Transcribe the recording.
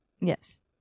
Yes